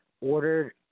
ordered